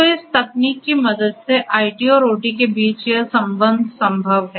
तो इस तकनीक की मदद से आईटी और ओटी के बीच यह संबंध संभव है